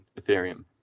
Ethereum